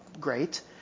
great